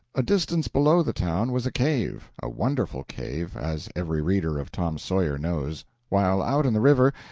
a distance below the town was a cave a wonderful cave, as every reader of tom sawyer knows while out in the river,